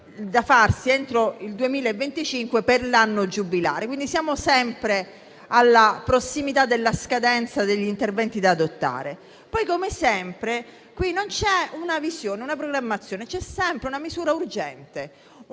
da farsi entro il 2025 per l'anno giubilare: quindi, siamo sempre alla prossimità della scadenza degli interventi da adottare. Poi, come sempre, non ci sono una visione, una programmazione, ma vi è sempre una misura urgente,